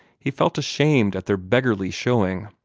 he felt ashamed at their beggarly showing.